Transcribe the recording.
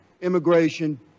immigration